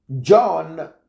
John